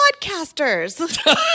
podcasters